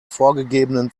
vorgegebenen